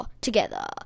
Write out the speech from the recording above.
together